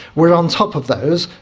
we're on top of those.